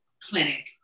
clinic